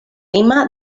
lima